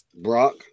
Brock